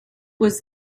was